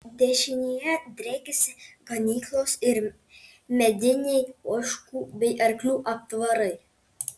dešinėje driekėsi ganyklos ir mediniai ožkų bei arklių aptvarai